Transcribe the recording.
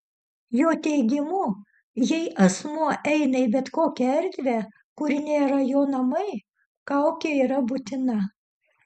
jo teigimu jei asmuo eina į bet kokią erdvę kuri nėra jo namai kaukė yra būtina